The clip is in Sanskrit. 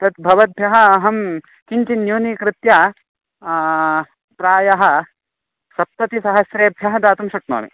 तद् भवद्भ्यः अहं किञ्चिन्न्यूनीकृत्य प्रायः सप्ततिसहस्रेभ्यः दातुं शक्नोमि